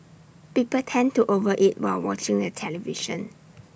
people tend to over eat while watching the television